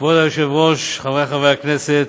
כבוד היושב-ראש, חבריי חברי הכנסת,